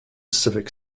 civic